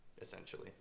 essentially